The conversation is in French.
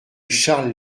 charles